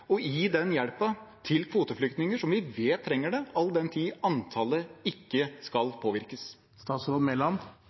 gi den hjelpen til kvoteflyktninger, som vi vet trenger det, all den tid antallet ikke skal